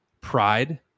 pride